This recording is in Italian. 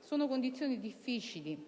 Sono condizioni difficili -